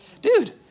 Dude